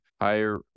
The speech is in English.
higher